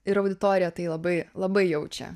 ir auditorija tai labai labai jaučia